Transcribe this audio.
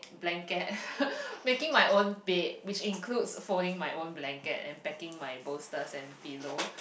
blanket making my own bed which includes folding my own blanket and packing my bolsters and pillow